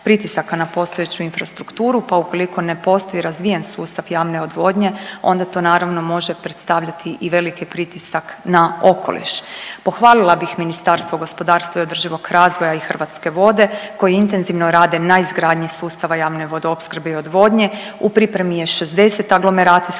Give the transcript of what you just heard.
na postojeću infrastrukturu pa ukoliko ne postoji razvijen sustav javne odvodnje onda to naravno može predstavljati i veliki pritisak na okoliš. Pohvalila bih Ministarstvo gospodarstva i održivog razvoja i Hrvatske vode koji intenzivno na izgradnji sustava javne vodoopskrbe i odvodnje. U pripremi je 60 aglomeracijskih